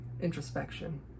introspection